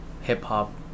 hip-hop